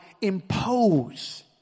impose